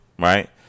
Right